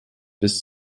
bis